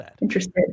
interested